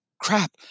Crap